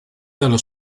dallo